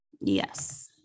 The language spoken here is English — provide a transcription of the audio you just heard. Yes